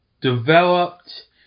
developed